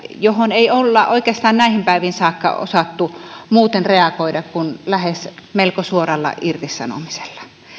johon ei olla oikeastaan näihin päiviin saakka osattu muuten reagoida kuin lähes melko suoralla irtisanomisella